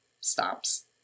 stops